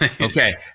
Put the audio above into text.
okay